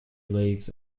leagues